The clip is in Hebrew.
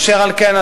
אשר על כן,